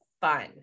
fun